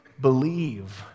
Believe